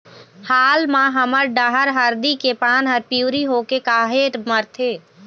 हाल मा हमर डहर हरदी के पान हर पिवरी होके काहे मरथे?